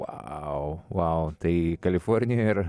vau vau tai kalifornijoj ar